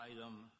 item